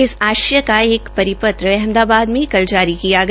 इस आश्य का एक परिपत्र अहमदाबाद जारी किया गया